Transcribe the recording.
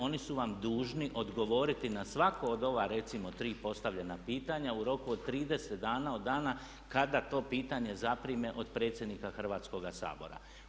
Oni su vam dužni odgovoriti na svako od ova recimo tri postavljena pitanja u roku od 30 dana od dana kada to pitanje zaprime od predsjednika Hrvatskoga sabora.